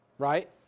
Right